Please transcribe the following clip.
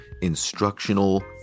instructional